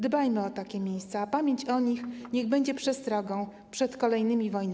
Dbajmy o takie miejsca, a pamięć o nich niech będzie przestrogą przed kolejnymi wojnami.